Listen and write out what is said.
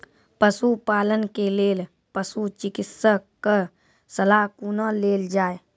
पशुपालन के लेल पशुचिकित्शक कऽ सलाह कुना लेल जाय?